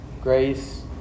grace